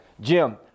Jim